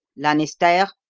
lanisterre,